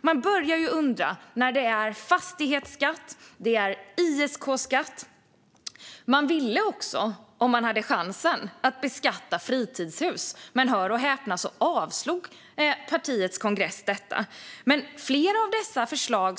Man börjar ju undra när det är fastighetsskatt och ISK-skatt. Några miljöpartister ville också beskatta fritidshus om de fick chansen. Detta, hör och häpna, avslog partiets kongress. Men flera förslag